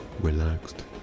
relaxed